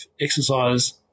exercise